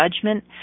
judgment